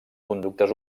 conductes